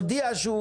--- שנייה, שנייה.